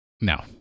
No